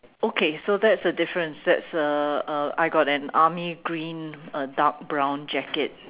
okay so that's the difference that's uh uh I got an army green uh dark brown jacket